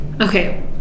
okay